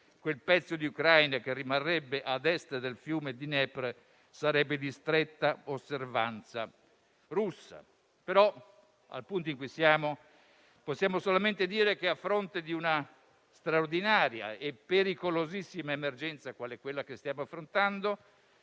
quel pezzo di Ucraina che rimarrebbe a destra del fiume Dnepr sarebbe di stretta osservanza russa. Al punto in cui siamo, però, possiamo solamente dire che, a fronte di una straordinaria e pericolosissima emergenza qual è quella che stiamo affrontando,